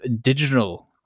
digital